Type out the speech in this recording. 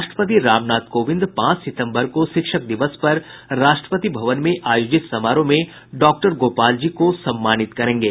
राष्ट्रपति रामनाथ कोविंद पांच सितम्बर को शिक्षक दिवस पर राष्ट्रपति भवन आयोजित समारोह में डॉक्टर गोपाल जी को सम्मानित करेंगे